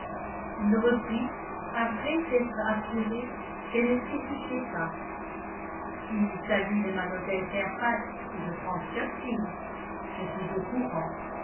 il reprit après s'être assuré qu'elle ne spécifiait pas s'il s'agit de mlle fairfax et de frank churchill je suis au courant